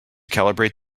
calibrate